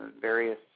various